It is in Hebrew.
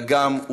אלא גם,